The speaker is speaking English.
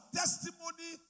testimony